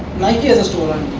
nike has a store on